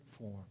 form